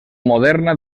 moderna